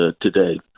today